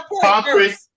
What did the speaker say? Concrete